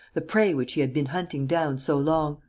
the prey which he had been hunting down so long.